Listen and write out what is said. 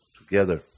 together